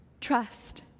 trust